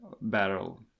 barrel